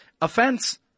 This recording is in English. offense